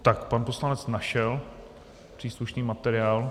Tak pan poslanec našel příslušný materiál.